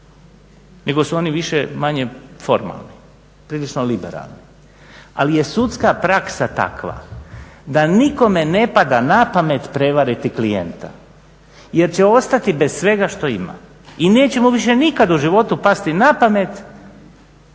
nego su oni više-manje formalni, prilično liberalni, ali je sudska praksa takva da nikome ne pada na pamet prevariti klijenta jer će ostati bez svega što ima i neće mu više nikada u životu pasti na pamet